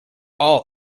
all